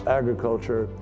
agriculture